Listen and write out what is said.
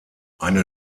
eine